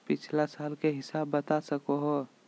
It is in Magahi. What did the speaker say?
पिछला साल के हिसाब बता सको हो?